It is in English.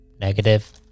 Negative